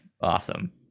awesome